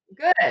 Good